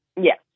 Yes